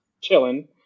chilling